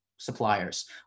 suppliers